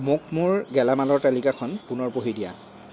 মোক মোৰ গেলামালৰ তালিকাখন পুনৰ পঢ়ি দিয়া